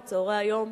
בצהרי היום.